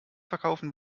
verkaufen